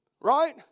Right